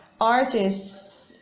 Artists